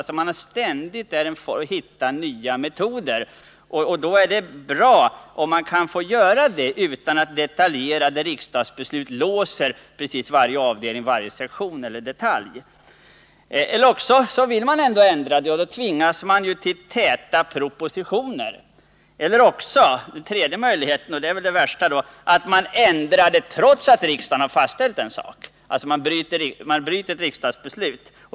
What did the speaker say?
Man hittar ständigt nya metoder, och det är bra om man kan få göra det utan att detaljerade riksdagsbeslut låser varje sektion eller avdelning. Det andra skälet är att om man detaljreglerar mycket tvingas man till täta propositioner om man vill ändra riksdagsbesluten. Den tredje möjligheten — och det är väl den värsta — är att man ändrar organisationen trots att riksdagen har fastställt den, dvs. att man bryter ett riksdagsbeslut.